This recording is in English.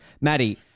Maddie